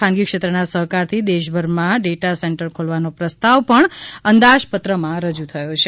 ખાનગી ક્ષેત્રના સહકાર થી દેશભરમાં ડેટા સેન્ટર ખોલવાનો પ્રસ્તાવ પણ અંદાજપત્રમાં રજુ થયો છે